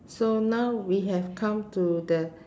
so now we have come to the